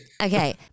Okay